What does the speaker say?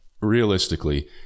realistically